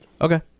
Okay